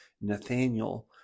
Nathaniel